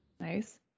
Nice